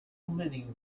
many